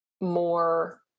more